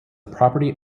property